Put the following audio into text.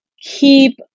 keep